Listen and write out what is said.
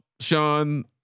Sean